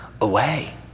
away